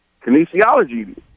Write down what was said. kinesiology